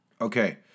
Okay